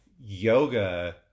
yoga